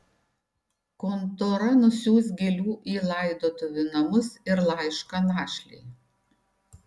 kontora nusiųs gėlių į laidotuvių namus ir laišką našlei